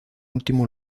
último